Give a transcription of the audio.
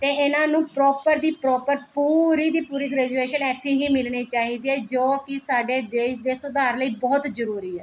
ਅਤੇ ਇਹਨਾਂ ਨੂੰ ਪ੍ਰੋਪਰ ਦੀ ਪ੍ਰੋਪਰ ਪੂਰੀ ਦੀ ਪੂਰੀ ਗ੍ਰੈਜੂਏਸ਼ਨ ਇੱਥੇ ਹੀ ਮਿਲਣੀ ਚਾਹੀਦੀ ਹੈ ਜੋ ਕਿ ਸਾਡੇ ਦੇਸ਼ ਦੇ ਸੁਧਾਰ ਲਈ ਬਹੁਤ ਜ਼ਰੂਰੀ ਹੈ